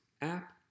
app